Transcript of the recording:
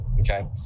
Okay